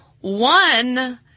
one